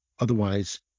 Otherwise